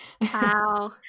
Wow